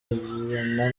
bagirana